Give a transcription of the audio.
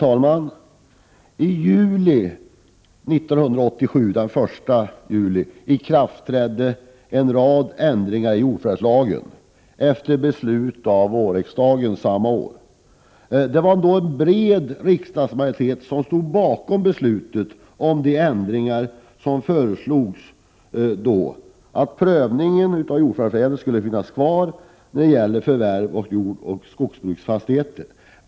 Herr talman! Den 1 juli 1987 trädde en rad ändringar i jordförvärvslagen i kraft, efter beslut av vårriksdagen samma år. En bred riksdagsmajoritet stod bakom beslutet om de ändringar som föreslogs: att prövningen av jordför värvsärenden skulle finnas kvar vid förvärv av jordoch skogsbruksfastigheter.